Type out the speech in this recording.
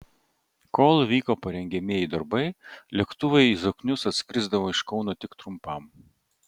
kol vyko parengiamieji darbai lėktuvai į zoknius atskrisdavo iš kauno tik trumpam